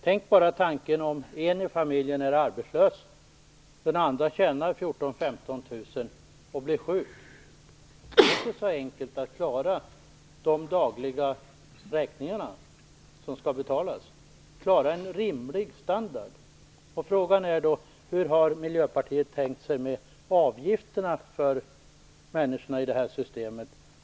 Tänk bara tanken att en i familjen är arbetslös och den andre tjänar 14 000 15 000 kr och blir sjuk. Det är då inte så enkelt att klara de dagliga räkningar som skall betalas eller att klara en rimlig standard. Frågan är då: Hur har Miljöpartiet tänkt sig avgifterna för människorna i detta system?